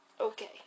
okay